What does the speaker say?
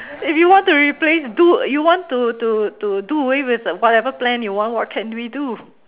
if you want to replace do you want to to to do away with whatever plan you want what can we do